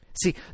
See